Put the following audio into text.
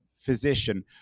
physician